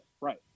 Right